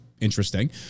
interesting